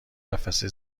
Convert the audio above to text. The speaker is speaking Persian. قفسه